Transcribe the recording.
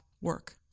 work